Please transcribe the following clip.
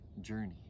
journey